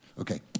Okay